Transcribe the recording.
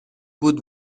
بود